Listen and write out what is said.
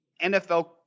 NFL